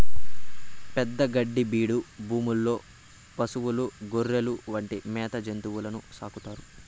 పెద్ద గడ్డి బీడు భూముల్లో పసులు, గొర్రెలు వంటి మేత జంతువులను సాకుతారు